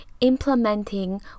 implementing